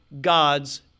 God's